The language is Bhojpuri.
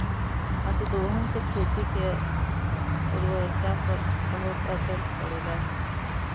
अतिदोहन से खेती के उर्वरता पर बहुत असर पड़ेला